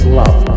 love